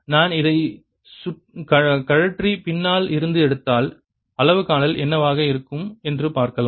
நான் இதை கழற்றி பின்னால் இருந்து எடுத்தால் அளவு காணல் என்னவாக இருக்கும் என்று பார்க்கலாம்